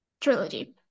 trilogy